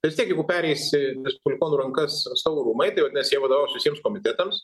ir vis tiek jeigu pereis į respublikonų rankas atstovų rūmai tai vadinasi jie vadovaus visiems komitetams